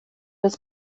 das